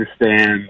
understand